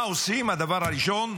מה הדבר הראשון שעושים?